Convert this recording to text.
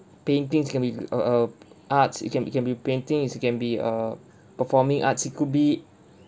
paintings can be g~ uh uh arts it can be can be paintings it can be err performing arts it could be